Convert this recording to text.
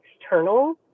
external